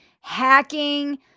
hacking